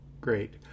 great